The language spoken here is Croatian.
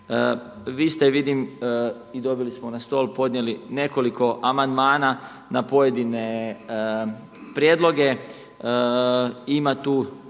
Vi ste vidim i dobili smo na stol, podnijeli nekoliko amandmana na pojedine prijedloge.